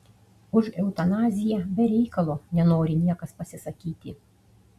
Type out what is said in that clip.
už eutanaziją be reikalo nenori niekas pasisakyti